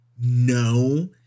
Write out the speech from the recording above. no